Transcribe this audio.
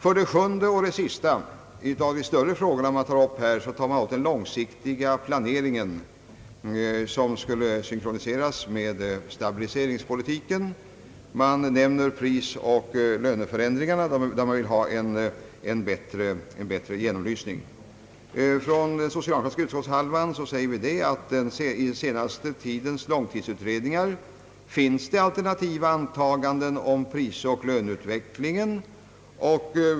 För det sjunde tar man som en av de större frågorna upp den långsiktiga planeringen, som skulle synkroniseras med stabiliseringspolitiken. Man vill ha en bättre genomlysning av prisoch löneförändringarna. Den socialdemokratiska utskottshälften säger att i den senaste tidens långtidsutredningar finns alternativa antaganden om Pprisoch löneutvecklingen.